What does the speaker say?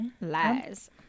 Lies